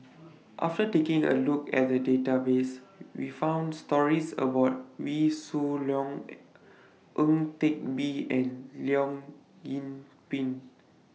after taking A Look At The Database We found stories about Wee Shoo Leong Ang Teck Bee and Leong Yoon Pin